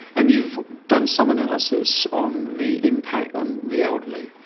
and you've done some analysis on the impact on the elderly.